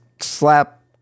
slap